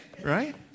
right